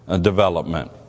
Development